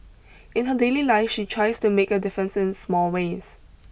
in her daily life she tries to make a difference in small ways